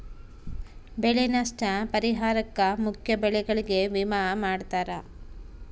ಬೆಳೆ ನಷ್ಟ ಪರಿಹಾರುಕ್ಕ ಮುಖ್ಯ ಬೆಳೆಗಳಿಗೆ ವಿಮೆ ಮಾಡ್ತಾರ